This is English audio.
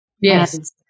Yes